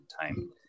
time